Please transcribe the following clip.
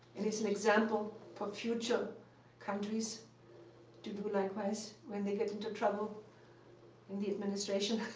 and as an example for future countries to do likewise when they get into trouble in the administration.